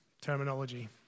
terminology